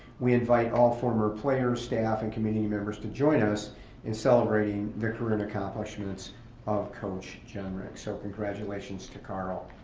we invite all former players, staff, and community members to join us in celebrating the career and accomplishments of coach generick, so congratulations to carl.